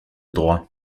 droit